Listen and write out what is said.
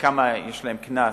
וכמה יש עליהם קנס,